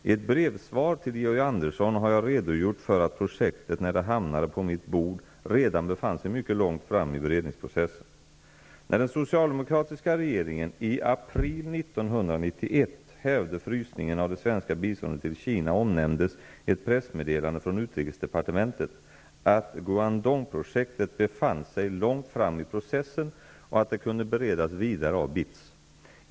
I ett brevsvar till Georg Andersson har jag redogjort för att projektet när det hamnade på mitt bord redan befann sig mycket långt fram i beredningsprocessen. hävde frysningen av det svenska biståndet till Kina omnämndes i ett pressmeddelande från utrikesdepartementet att Guandongprojektet befann sig långt fram i processen och att det kunde beredas vidare av BITS.